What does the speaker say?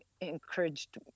encouraged